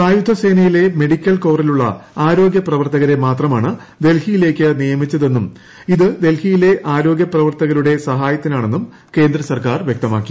സായുധ സേനയിലെ മെഡിക്കൽ കോറിലുളള ആരോഗ്യ പ്രവർത്തകരെ മാത്രമാണ് ഡൽഹിയിലേയ്ക്ക് നിയമിച്ചതെന്നും ഇത് ഡൽഹിയിലെ ആരോഗ്യ പ്രവർത്തകരെ സഹായിക്കാനായിട്ടാണെന്നും കേന്ദ്ര സർക്കാർ വൃക്തമാക്കി